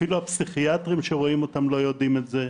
ואפילו הפסיכיאטרים שרואים אותם לא יודעים את זה.